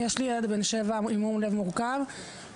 יש לי ילד בן 7 עם מום לב מורכב מאוד,